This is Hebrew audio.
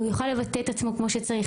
הוא יוכל לבטא את עצמו כמו שצריך,